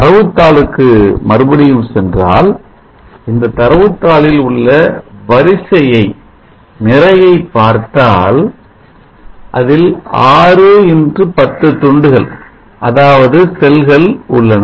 தரவு தாளுக்கு மறுபடியும் சென்றால் இந்த தரவு தாளில் இந்த வரிசையை நிரையை பார்த்தால் அதில் 6 x 10 துண்டுகள் அதாவது செல்கள் உள்ளன